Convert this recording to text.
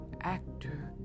actor